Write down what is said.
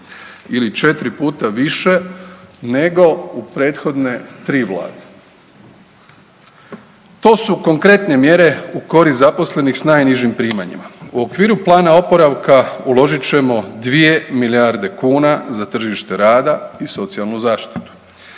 ili 4 puta više nego u prethodne 3 vlade. To su konkretne mjere u korist zaposlenih s najnižim primanjima. U okviru plana oporavka uložit ćemo 2 milijarde kuna za tržište rada i socijalnu zaštitu.